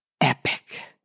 epic